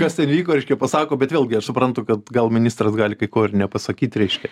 kas ten įvyko reiškia pasako bet vėlgi aš suprantu kad gal ministras gali kai ko ir nepasakyt reiškia